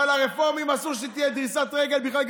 אבל לרפורמים אסור שתהיה דריסת רגל בכלל,